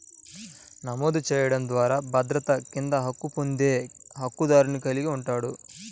నమోదు చేయడం ద్వారా భద్రత కింద హక్కులు పొందే హక్కుదారుని కలిగి ఉంటాయి,